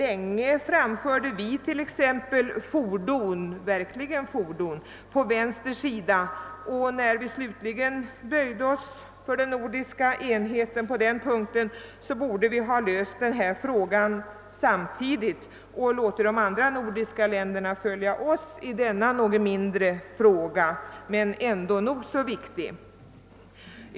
Vi framförde t.ex. länge våra verkliga fordon på vägens vänstra sida, och när vi slutligen böjde oss för kravet på nordisk enighet i det fallet borde vi ha löst den detalj vi nu talar om samtidigt och låtit de andra nordiska länderna följa oss i denna lilla, men ändå nog så viktiga fråga.